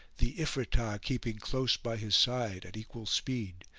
the ifritah keeping close by his side at equal speed,